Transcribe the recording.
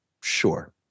sure